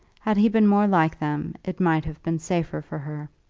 had he been more like them it might have been safer for her.